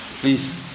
Please